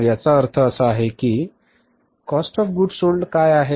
मग याचा अर्थ असा आहे की सीओजीएस काय आहे